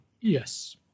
Yes